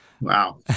Wow